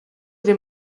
dem